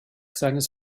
seines